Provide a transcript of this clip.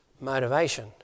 motivation